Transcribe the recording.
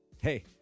Hey